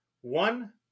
one